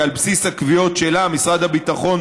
כי על בסיס הקביעות שלה משרד הביטחון